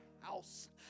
house